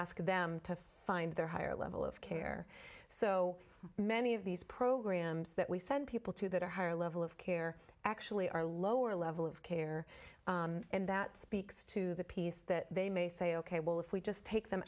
ask them to find their higher level of care so many of these programs that we send people to that a higher level of care actually are lower level of care and that speaks to the peace that they may say ok well if we just take them